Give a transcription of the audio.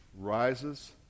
rises